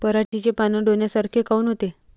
पराटीचे पानं डोन्यासारखे काऊन होते?